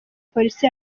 polisi